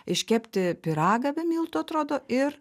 iškepti pyragą be miltų atrodo ir